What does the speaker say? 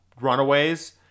runaways